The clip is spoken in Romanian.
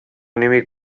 nimic